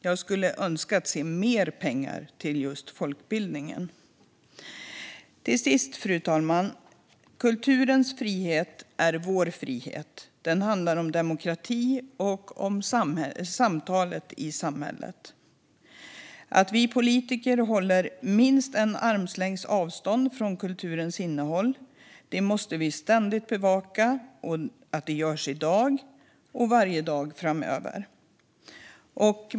Jag skulle vilja se mer pengar till just folkbildningen. Fru talman! Till sist: Kulturens frihet är vår frihet. Den handlar om demokrati och samtalet i samhället. Att vi politiker håller minst en armlängds avstånd från kulturens innehåll måste vi ständigt bevaka i dag och varje dag framöver.